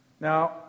Now